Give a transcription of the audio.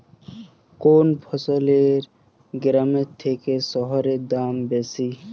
কোন ফসলের গ্রামের থেকে শহরে দাম বেশি?